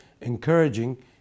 encouraging